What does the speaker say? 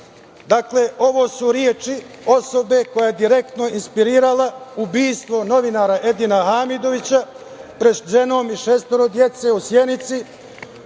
spasa. Dakle, ovo su reči osobe koja je direktno inspirirala ubistvo novinara Edina Hamidovića pred ženom i šestoro dece u Sjenici.